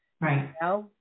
Right